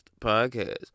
podcast